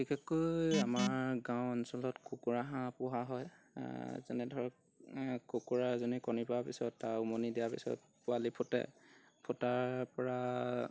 বিশেষকৈ আমাৰ গাঁও অঞ্চলত কুকুৰা হাঁহ পোহা হয় যেনে ধৰক কুকুৰা এজনী কণী পৰাৰ পিছত তাৰ উমনি দিয়াৰ পিছত পোৱালি ফুটে ফুটাৰ পৰা